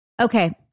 Okay